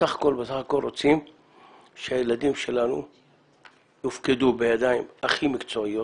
בסך הכול רוצים שהילדים שלנו יופקדו בידיים הכי מקצועיות,